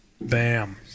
Bam